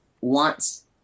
wants